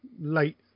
late